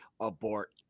abort